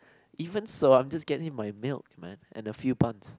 even so I'm just getting my milk man and a few buns